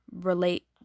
relate